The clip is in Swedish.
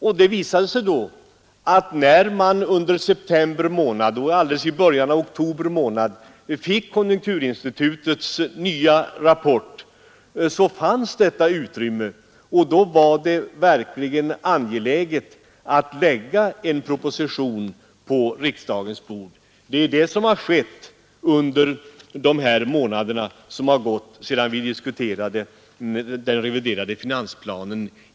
När i slutet av september och början av oktober månad konjunkturinstitutets nya rapport kom, såg man att det fanns ett utrymme för ytterligare konsumtion och då var det verkligen angeläget att lägga en proposition på riksdagens bord. Det är detta som har skett under de månader som gått sedan vi diskuterade den reviderade finansplanen.